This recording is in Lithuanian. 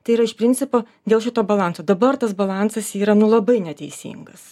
tai yra iš principo dėl šito balanso dabar tas balansas yra nu labai neteisingas